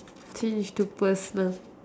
change to personal